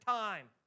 time